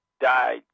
Died